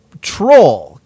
troll